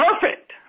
perfect